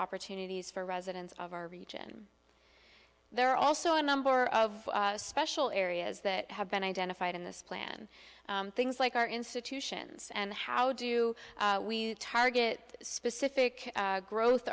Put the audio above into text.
opportunities for residents of our region there are also a number of special areas that have been identified in this plan things like our institutions and how do we target specific growth